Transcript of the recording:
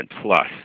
plus